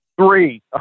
Three